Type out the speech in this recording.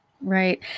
Right